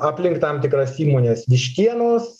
aplink tam tikras įmones vištienos